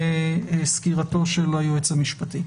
לסקירתו של היועץ המשפטי.